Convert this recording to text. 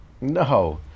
No